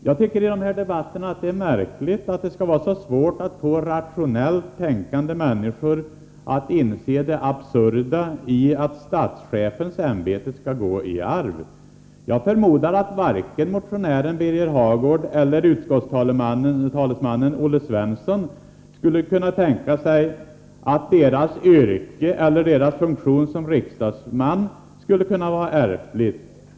Jag tycker att det är märkligt att det i de här debatterna skall vara så svårt att få rationellt tänkande människor att inse det absurda i att statschefens ämbete skall gå i arv. Jag förmodar att varken motionären Birger Hagård eller utskottstalesmannen Olle Svensson skulle kunna tänka sig att deras yrken eller deras funktioner som riksdagsmän vore ärftliga.